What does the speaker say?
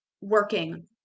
working